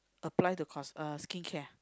apply to cos~ uh skincare